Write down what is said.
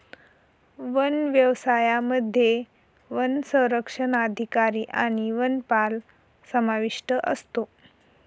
one व्यवसायामध्ये वनसंरक्षक अधिकारी आणि वनपाल समाविष्ट असतो